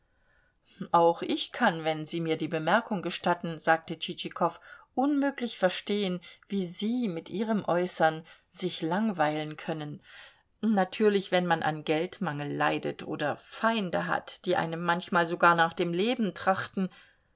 auch ich kann wenn sie mir die bemerkung gestatten sagte tschitschikow unmöglich verstehen wie sie mit ihrem äußern sich langweilen können natürlich wenn man an geldmangel leidet oder feinde hat die einem manchmal sogar nach dem leben trachten